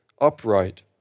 upright